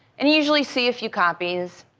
and you usually see a few copies.